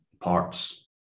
parts